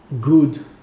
good